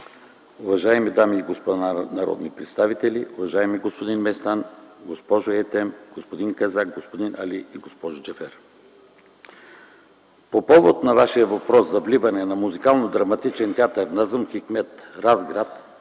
уважаеми дами и господа народни представители! Уважаеми господин Местан, госпожо Етем, господин Казак, господин Али и госпожо Джафер, по повод на вашия въпрос за вливане на Музикално-драматичния театър „Назъм Хикмет” – Разград,